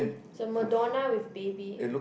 the Madonna with baby